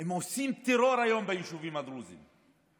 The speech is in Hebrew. הם עושים טרור היום ביישובים הדרוזיים,